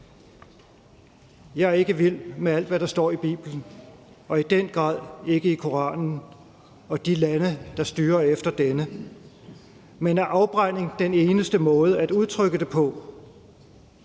Jeg er ikke vild med alt, hvad der står i Bibelen, og i den grad ikke med alt i Koranen og de lande, der styrer efter denne. Men er afbrænding den eneste måde at udtrykke det på?